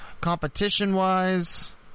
competition-wise